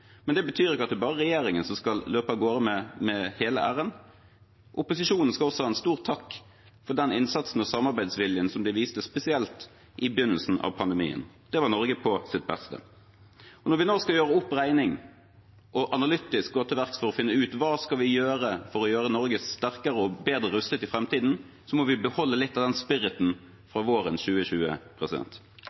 Men det betyr ikke at det bare er regjeringen som skal løpe av gårde med hele æren. Opposisjonen skal også ha en stor takk for den innsatsen og samarbeidsviljen som de viste, spesielt i begynnelsen av pandemien. Det var Norge på sitt beste. Når vi nå skal gjøre opp regning og analytisk gå til verks for å finne ut hva vi skal gjøre for å gjøre Norge sterkere og bedre rustet i framtiden, må vi beholde litt av den spiriten fra våren 2020.